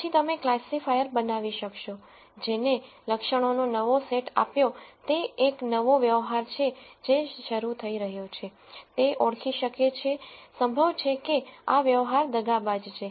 પછી તમે ક્લાસિફાયર બનાવી શકશો જેને લક્ષણોનો નવો સેટ આપ્યો તે એક નવો વ્યવહાર છે જે શરૂ થઈ રહ્યો છે તે ઓળખી શકે છે સંભવ છે કે આ વ્યવહાર દગાબાજ છે